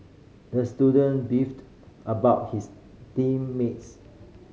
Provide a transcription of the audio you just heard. the student beefed about his team mates